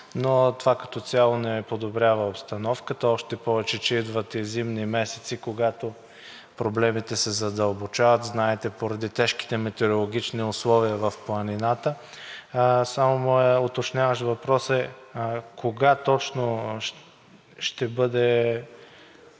но това като цяло не подобрява обстановката. Още повече, че идват и зимни месеци, когато проблемите се задълбочават, знаете, поради тежките метеорологични условия в планината. Моят уточняващ въпрос е: кога точно ще бъде